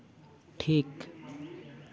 ᱴᱷᱤᱠ